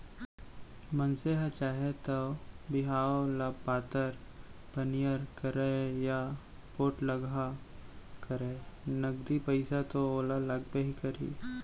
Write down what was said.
मनसे ह चाहे तौ बिहाव ल पातर पनियर करय या पोठलगहा करय नगदी पइसा तो ओला लागबे करही